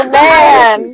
man